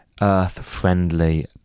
Earth-friendly